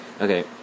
Okay